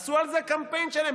עשו על זה קמפיין שלם,